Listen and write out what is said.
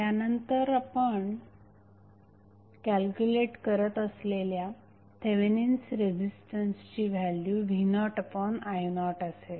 त्यानंतर आपण कॅल्क्युलेट करत असलेल्या थेवेनिन्स रेझिस्टन्सची व्हॅल्यु v0i0असेल